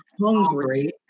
hungry